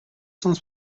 cent